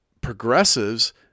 progressives